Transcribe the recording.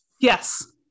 yes